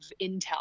intel